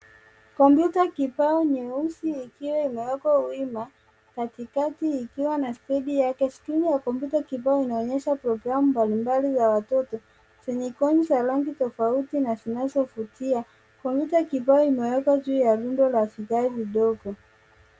Kompyuta kibao nyeusi ikiwa imewekwa wima katikati ikiwa na stendi yake. Chini ya kompyuta kibao inaonyesha programu mbalimbali ya watoto yenye icon za rangi tofauti na zinazovutia. Kompyuta kibao imewekwa juu ya rundo la vigae vidogo.